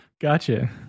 Gotcha